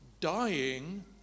dying